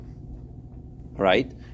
Right